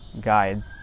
guide